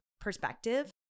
perspective